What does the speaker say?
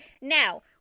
now